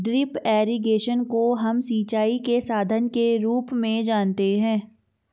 drip irrigation को हम सिंचाई के साधन के रूप में जानते है